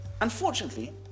Unfortunately